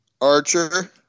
Archer